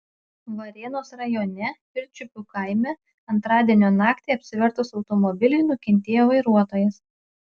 varėnos rajone pirčiupių kaime antradienio naktį apsivertus automobiliui nukentėjo vairuotojas